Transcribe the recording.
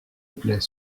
plait